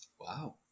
Wow